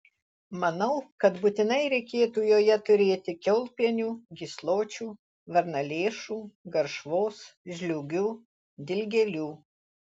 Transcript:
manau kad būtinai reikėtų joje turėti kiaulpienių gysločių varnalėšų garšvos žliūgių dilgėlių